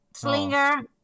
Slinger